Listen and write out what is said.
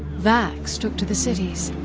vax took to the cities,